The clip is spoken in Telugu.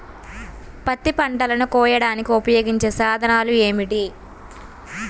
పత్తి పంటలను కోయడానికి ఉపయోగించే సాధనాలు ఏమిటీ?